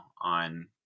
on